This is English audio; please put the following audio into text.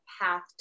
path